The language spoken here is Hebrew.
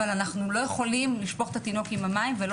אבל אנחנו לא יכולים לשפוך את התינוק עם המים ולא